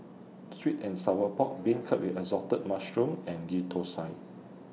Sweet and Sour Pork Beancurd with Assorted Mushrooms and Ghee Thosai